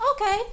Okay